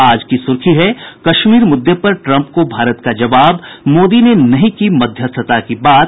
आज की सुर्खी है कश्मीर मुद्दे पर ट्रम्प को भारत का जवाब मोदी ने नहीं कि मध्यस्थता की बात